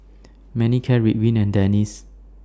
Manicare Ridwind and Dentiste